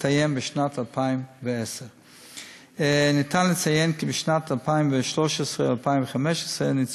הסתיים בשנת 2010. ניתן לציין כי בשנים 2013 2015 ניצול